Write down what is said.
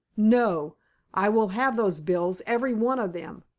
no i will have those bills, every one of them,